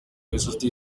sosiyete